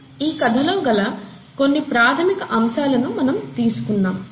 ఈ కధలో గల కొన్ని ప్రాథమిక అంశాలను మనము తీసుకున్నాము